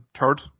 third